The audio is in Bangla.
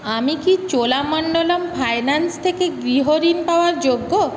আমি কি চোলামণ্ডলম ফাইন্যান্স থেকে গৃহ ঋণ পাওয়ার যোগ্য